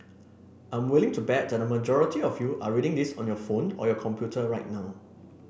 I'm willing to bet that a majority of you are reading this on your phone or your computer right now